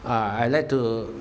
ah I like to